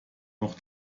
noch